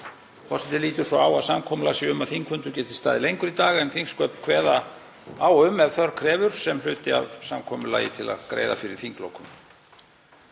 Forseti lítur svo á að samkomulag sé um að þingfundur geti staðið lengur í dag en þingsköp kveða á um, ef þörf krefur, sem hluti af samkomulagi til að greiða fyrir þinglokum.